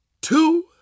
two